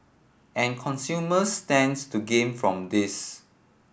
and consumers stands to gain from this